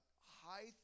high